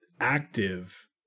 active